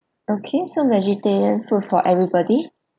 okay so vegetarian food for everybody